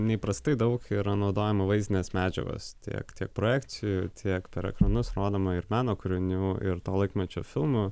neįprastai daug yra naudojama vaizdinės medžiagos tiek tiek projekcijų tiek per ekranus rodoma ir meno kūrinių ir to laikmečio filmų